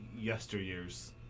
yesteryears